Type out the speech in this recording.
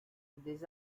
des